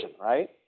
right